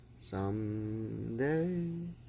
someday